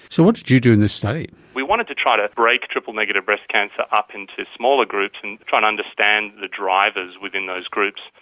so what did you do in this study? we wanted to try to break triple-negative breast cancer up into smaller groups and try and understand the drivers within those groups.